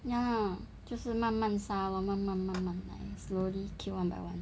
那就是慢慢杀咯慢慢慢慢 slowly kill one by one